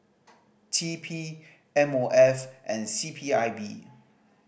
T P M O F and C P I B